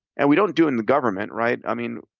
and we don't do it in the government, right? i mean,